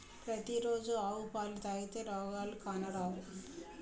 పతి రోజు ఆవు పాలు తాగితే రోగాలు కానరావు